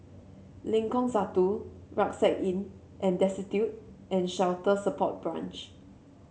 Lengkong Satu Rucksack Inn and Destitute and Shelter Support Branch